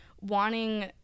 wanting